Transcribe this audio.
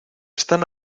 están